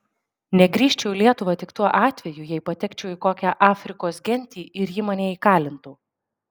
negrįžčiau į lietuvą tik tuo atveju jei patekčiau į kokią afrikos gentį ir ji mane įkalintų